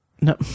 No